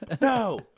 no